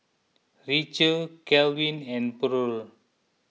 Rachel Kalvin and Purl